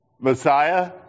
Messiah